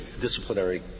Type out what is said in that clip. disciplinary